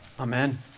Amen